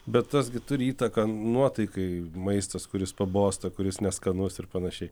bet tas gi turi įtaką nuotaikai maistas kuris pabosta kuris neskanus ir panašiai